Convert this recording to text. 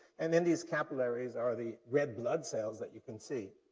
and then these capillaries are the red blood cells that you can see.